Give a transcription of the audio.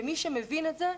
ומי שמבין את זה,